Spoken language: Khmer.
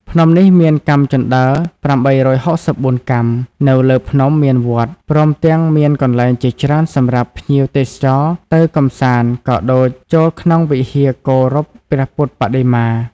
ភ្នំនេះមានកាំជណ្ដើរ៨៦៤កាំ នៅលើភ្នំមានវត្ត ព្រមទាំងមានកន្លែងជាច្រើនសំរាប់ភ្ញៀវទេសចរទៅកំសាន្តក៏ដូចចូលក្នុងវិហារគោរពព្រះពុទ្ធបដិមា។